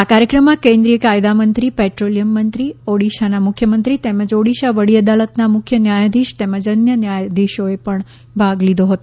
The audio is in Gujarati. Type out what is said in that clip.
આ કાર્યક્રમમાં કેન્દ્રિય કાયદામંત્રી પેટ્રોલિયમ મંત્રી ઓડિશાના મુખ્યમંત્રી તેમજ ઓડિશા વડી અદાલતના મુખ્ય ન્યાયાધીશ તેમજ અન્ય ન્યાયાધીશોએ ભાગ લીધો હતો